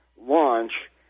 launch